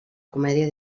comèdia